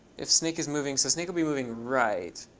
if snake is moving, so snake will be moving right.